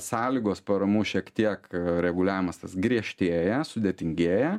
sąlygos paramų šiek tiek reguliavimas tas griežtėja sudėtingėja